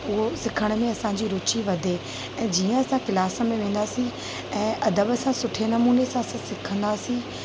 उहा सिखण में असांजी रुचि वधे ऐं जीअं असां क्लास में वेंदासीं ऐं अदब सां सुठे नमूने सां सिखंदासीं